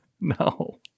No